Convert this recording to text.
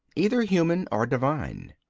either human or divine.